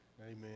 Amen